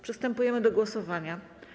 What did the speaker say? Przystępujemy do głosowania.